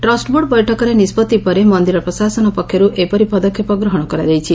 trust board ବୈଠକର ନିଷ୍ବଭି ପରେ ମନ୍ଦିର ପ୍ରଶାସନ ପକ୍ଷରୁ ଏପରି ପଦକ୍ଷେପ ଗ୍ରହଶ କରାଯାଇଛି